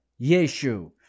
Yeshu